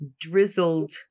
drizzled